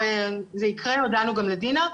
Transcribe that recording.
הודענו גם לדינה.